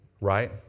Right